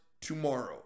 tomorrow